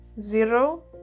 zero